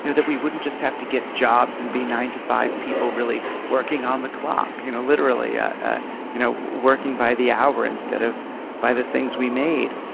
you know that we just have to get jobs and be nine to five people really working on the clock you know literally, ah you know working by the hour instead of by the things we made.